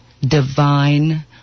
divine